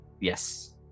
Yes